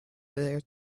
their